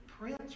Prince